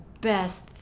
best